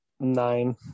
nine